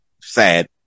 Sad